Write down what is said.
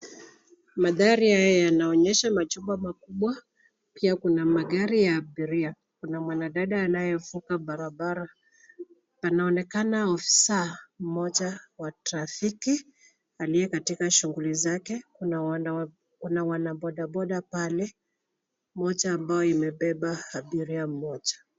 Mandhari haya yanaonyesha majumba makubwa, pia kuna magari ya abiria. Kuna mwanadada anayevuka barabara. Panaonekana afisa mmoja wa trafiki aliye katika shughuli zake. Kuna wanaboda boda pale, moja ambayo imebeba abiria mmoja.